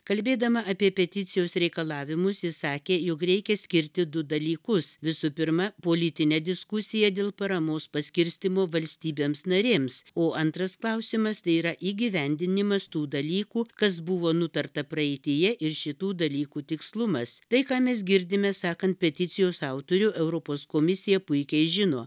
kalbėdama apie peticijos reikalavimus ji sakė jog reikia skirti du dalykus visų pirma politinė diskusija dėl paramos paskirstymo valstybėms narėms o antras klausimas tai yra įgyvendinimas tų dalykų kas buvo nutarta praeityje ir šitų dalykų tikslumas tai ką mes girdime sakant peticijos autorių europos komisija puikiai žino